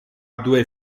due